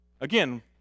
Again